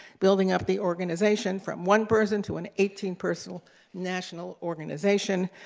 building up the organization from one person to an eighteen person national organization,